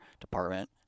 department